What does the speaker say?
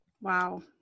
Wow